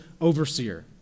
overseer